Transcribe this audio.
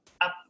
up